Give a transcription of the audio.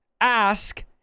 ask